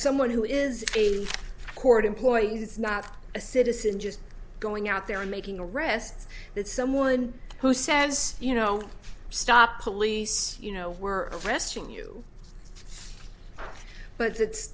someone who is a court employee is not a citizen just going out there and making arrests it's someone who says you know stop police you know we're arresting you but